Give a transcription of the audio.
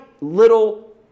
little